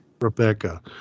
Rebecca